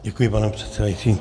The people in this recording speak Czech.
Děkuji, pane předsedající.